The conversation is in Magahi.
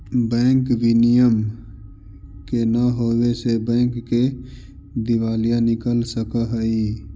बैंक विनियम के न होवे से बैंक के दिवालिया निकल सकऽ हइ